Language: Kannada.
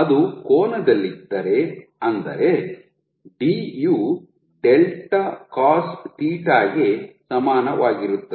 ಅದು ಕೋನದಲ್ಲಿದ್ದರೆ ಅಂದರೆ ಡಿ ಯು ಡೆಲ್ಟಾ ಕಾಸ್ ಥೀಟಾ θ ಗೆ ಸಮಾನವಾಗಿರುತ್ತದೆ